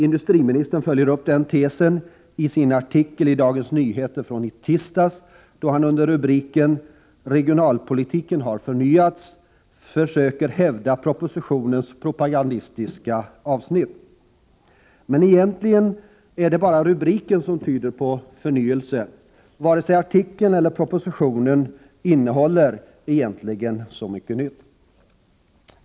Industriministern följer upp den tesen i sin artikel i Dagens Nyheter från i tisdags, då han under rubriken ”Regionalpolitiken har förnyats” försöker hävda propositionens propagandistiska avsnitt. Men egentligen är det bara rubriken som tyder på förnyelse. Varken artikeln eller propositionen innehåller egentligen så mycket nytt.